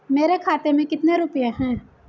मेरे खाते में कितने रुपये हैं?